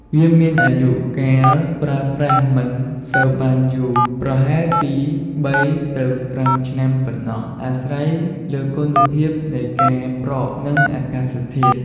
វាមាន អាយុកាលប្រើប្រាស់មិនសូវបានយូរ ប្រហែលពី ៣ ទៅ ៥ ឆ្នាំប៉ុណ្ណោះ អាស្រ័យលើគុណភាពនៃការប្រក់ និងអាកាសធាតុ។